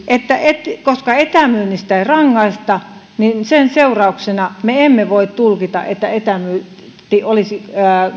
että koska etämyynnistä ei rangaista niin sen seurauksena me emme voi tulkita että etämyynti olisi